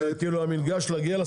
זה כאילו המינגש להגיע לסירה?